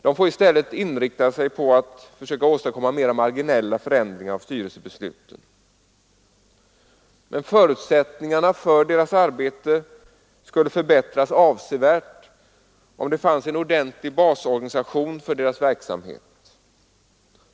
De får i stället inrikta sig på att försöka åstadkomma mer marginella förändringar av styrelse besluten. Men förutsättningarna för deras arbete skulle förbättras avsevärt om det fanns en ordentlig basorganisation för deras verksamhet.